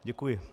Děkuji.